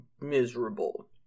miserable